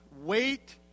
Wait